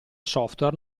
software